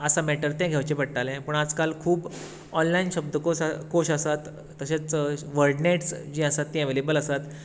आसा मॅटर ते घेवचे पडटाले पूण आज काल खूब ऑनलायन शब्दकोश शब्दकोश आसात तशेच वर्डनॅट्स जी आसात ते अवेलेबल आसात